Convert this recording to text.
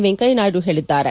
ವೆಂಕಯ್ಯ ನಾಯ್ಗು ಹೇಳಿದ್ದಾರೆ